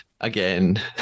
again